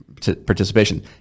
participation